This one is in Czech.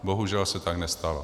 Bohužel se tak nestalo.